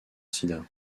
sida